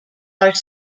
are